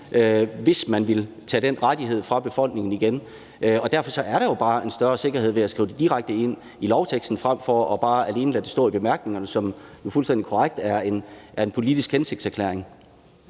hvis man vil tage den rettighed fra befolkningen igen. Derfor er der jo en større sikkerhed ved at skrive det direkte ind i lovteksten frem for bare at lade det stå i bemærkningerne, hvilket jo er en politisk hensigtserklæring